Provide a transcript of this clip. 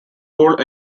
gold